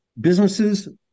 businesses